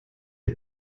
est